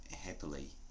happily